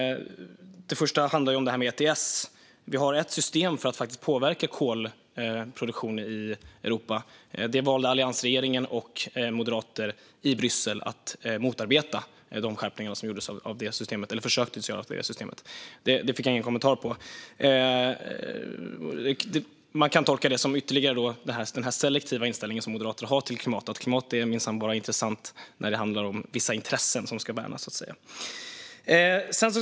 Det första handlade om ETS. Vi har ett system för att påverka kolutsläppen i Europa. Försöken att skärpa det systemet valde alliansregeringen och Moderaterna i Bryssel att motarbeta. Det fick jag ingen kommentar till. Man kan tolka det som ytterligare ett exempel på Moderaternas selektiva inställning när det gäller klimatet, alltså att klimatet bara är intressant när det är vissa intressen som ska värnas.